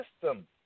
system